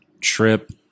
trip